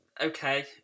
okay